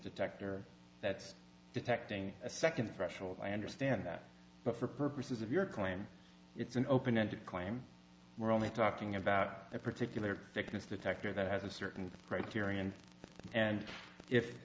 detector that's detecting a second threshold i understand that but for purposes of your claim it's an open ended claim we're only talking about a particular fitness detector that has a certain criterion and if